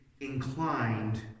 inclined